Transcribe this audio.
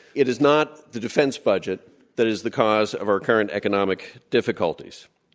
it is not the defense budget that is the cause of our current economic difficulties.